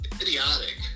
idiotic